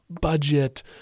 budget